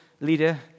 leader